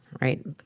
right